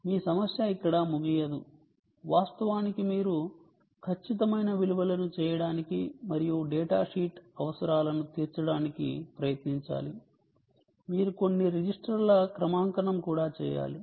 మీ సమస్య ఇక్కడ ముగియదు వాస్తవానికి మీరు ఖచ్చితమైన విలువలను చేయడానికి మరియు డేటాషీట్ అవసరాలను తీర్చడానికి ప్రయత్నించాలి మీరు కొన్ని రిజిస్టర్ల క్రమాంకనం కూడా చేయాలి